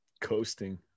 Coasting